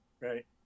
right